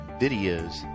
videos